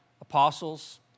Apostles